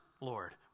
Lord